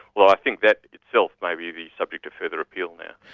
well i think that itself may be the subject of further appeal now.